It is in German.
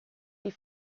die